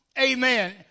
Amen